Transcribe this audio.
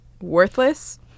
Worthless